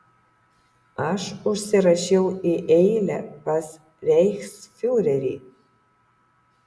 aš užsirašiau į eilę pas reichsfiurerį